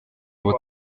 ubu